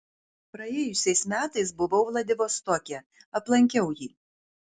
praėjusiais metais buvau vladivostoke aplankiau jį